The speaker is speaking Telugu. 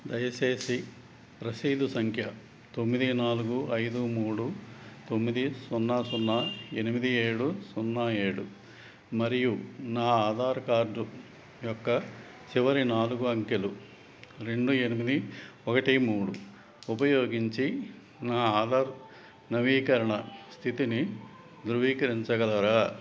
దయచేసి రసీదు సంఖ్య తొమ్మిది నాలుగు ఐదు మూడు తొమ్మిది సున్నా సున్నా ఎనిమిది ఏడు సున్నా ఏడు మరియు నా ఆధార్ కార్డ్ యొక్క చివరి నాలుగు అంకెలు రెండు ఎనిమిది ఒకటి మూడు ఉపయోగించి నా ఆధార్ నవీకరణ స్థితిని ధృవీకరించగలరా